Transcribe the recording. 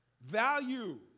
value